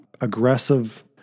aggressive